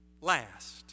last